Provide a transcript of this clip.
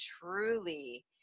truly